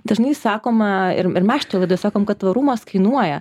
dažnai sakoma ir ir mes šitoj laidoj sakom kad tvarumas kainuoja